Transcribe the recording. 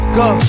go